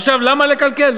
עכשיו, למה לקלקל?